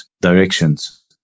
directions